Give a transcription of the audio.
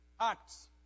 Acts